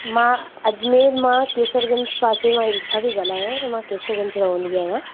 मां अजमेर मां केसरगंज पासे मां इषा पेई ॻाल्हायां ऐं मां केसरगंज रहंदी आहियां